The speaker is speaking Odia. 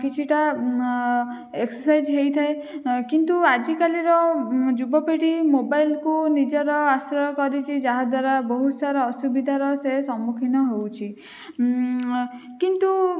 କିଛିଟା ଏକ୍ସରସାଇଜ୍ ହୋଇଥାଏ କିନ୍ତୁ ଆଜିକାଲିର ଯୁବପିଢ଼ି ମୋବାଇଲ୍କୁ ନିଜର ଆଶ୍ରୟ କରିଛି ଯାହାଦ୍ୱାରା ବହୁତ ସାରା ଅସୁବିଧାର ସେ ସମ୍ମୁଖୀନ ହେଉଛି କିନ୍ତୁ